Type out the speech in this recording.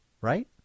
right